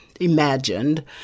imagined